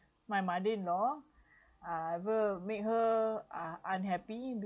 my mother-in-law I ever make her uh unhappy